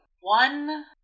one